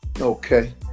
Okay